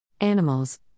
Animals